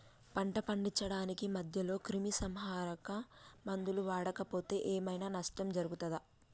పంట పండించడానికి మధ్యలో క్రిమిసంహరక మందులు వాడకపోతే ఏం ఐనా నష్టం జరుగుతదా?